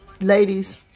ladies